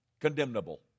condemnable